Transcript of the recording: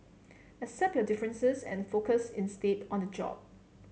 accept your differences and focus instead on the job